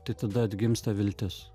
tai tada atgimsta viltis